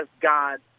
God